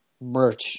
merch